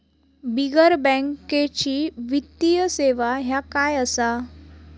बिगर बँकेची वित्तीय सेवा ह्या काय असा?